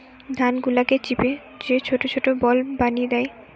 ধান গুলাকে চিপে যে ছোট ছোট বল বানি দ্যায়